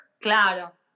Claro